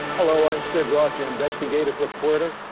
hello. i'm sid roth your investigative reporter.